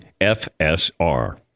FSR